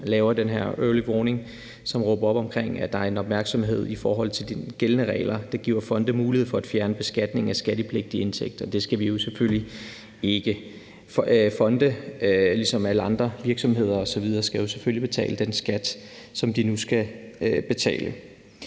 laver den her early warning, som råber op omkring, at der er en opmærksomhed i forhold til de gældende regler. Det giver fonde mulighed for at fjerne beskatning af skattepligtige indtægter. Det skal vi jo selvfølgelig ikke. Fonde skal – ligesom alle andre virksomheder osv. – selvfølgelig betale den skat, som de nu skal betale.